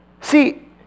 See